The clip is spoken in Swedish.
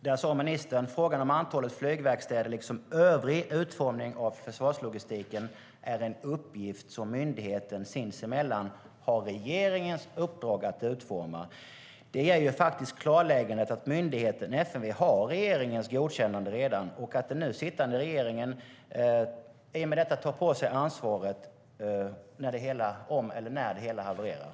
Där sade hon: "Frågan om antalet flygverkstäder, liksom övrig utformning av försvarslogistik, är en uppgift som myndigheterna sinsemellan har regeringens uppdrag att utforma." Det gör faktiskt klart att myndigheten FMV redan har regeringens godkännande och att den nu sittande regeringen i och med detta tar på sig ansvaret om eller när det hela havererar.